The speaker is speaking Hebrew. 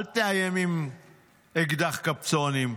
אל תאיים עם אקדח קפצונים.